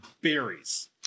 berries